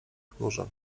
chmurze